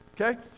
Okay